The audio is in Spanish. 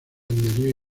new